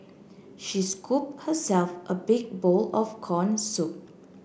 she scoop herself a big bowl of corn soup